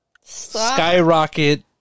Skyrocket